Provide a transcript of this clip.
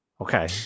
Okay